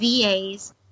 VAs